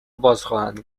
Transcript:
بازخواهند